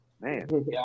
man